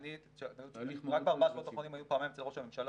רק בארבעת השבועות האחרונים היינו פעמיים אצל ראש הממשלה.